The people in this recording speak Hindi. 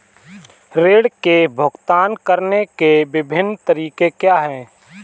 ऋृण के भुगतान करने के विभिन्न तरीके क्या हैं?